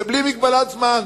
זה בלי מגבלת זמן.